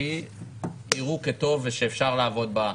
ובהמשך מספר תמונות שממחישות כיצד זה מתבצע הלכה למעשה.